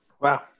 Wow